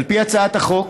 על פי הצעת החוק,